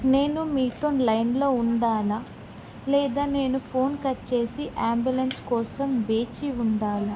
నేను మీతో లైన్లో ఉండాలా లేదా నేను ఫోన్కి వచ్చేసి అంబులెన్స్ కోసం వేచి ఉండాలా